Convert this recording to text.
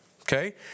Okay